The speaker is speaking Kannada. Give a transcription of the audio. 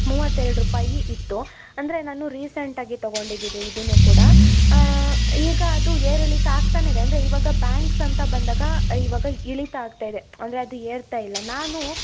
ಮೂವತ್ತು ಎರಡು ರೂಪಾಯಿ ಇತ್ತು ಅಂದರೆ ನಾನು ರೀಸೆಂಟಾಗಿ ತಗೊಂಡಿದ್ದು ಇದು ಇದನ್ನು ಕೂಡ ಈಗ ಅದು ಏರಿಳಿತ ಆಗ್ತಾನೇ ಇದೆ ಅಂದರೆ ಇವಾಗ ಬ್ಯಾಂಕ್ಸ್ ಅಂತ ಬಂದಾಗ ಇವಾಗ ಇಳಿತ ಆಗ್ತಾಯಿದೆ ಅಂದರೆ ಅದು ಏರ್ತಾ ಇಲ್ಲ ನಾನು